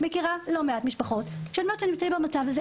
מכירה לא מעט משפחות שנמצאות במצב הזה.